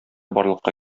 барлыкка